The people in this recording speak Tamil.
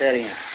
சரிங்க